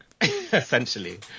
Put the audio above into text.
essentially